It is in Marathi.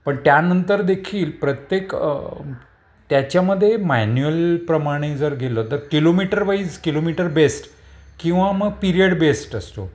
पण त्यानंतर देखील प्रत्येक त्याच्यामदे मॅन्युअलप्रमाणे जर गेलं तर किलोमीटर वाईज किलोमीटर बेस्ट किंवा मग पिरियड बेस्ट असतो